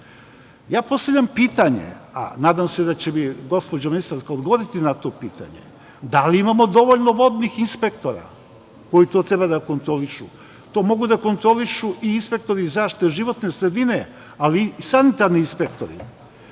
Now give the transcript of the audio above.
jezera. Postavljam pitanje, a nadam se da će mi gospođa ministarka odgovoriti na to pitanje, da li imamo dovoljno vodnih inspektora koji to treba da kontrolišu? To mogu da kontrolišu i inspektori zaštite životne sredine, ali i sanitarni inspektori. Drugo,